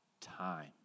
time